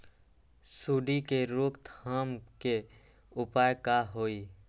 सूंडी के रोक थाम के उपाय का होई?